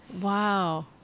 Wow